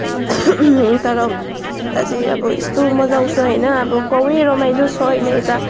तर यता चाहिँ अब यस्तो मजा आउँछ होइन अब गाउँ नै रमाइलो छ होइन यता